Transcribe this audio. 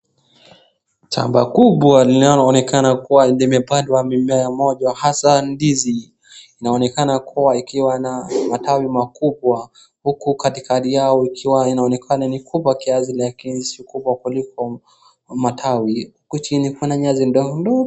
Shamba kubwa linaloonekana kuwa limepandwa mimea mmoja hasa ndizi, inaonekana kuwa ikiwa na matawi makubwa huku katikati yao ikiwa inaonekana ni kubwa kiasi lakini si kubwa kuliko matawi. Huko chini kuna nyasi ndogondogo.